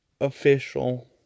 official